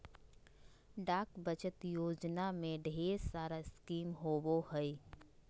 डाक बचत योजना में ढेर सारा स्कीम होबो हइ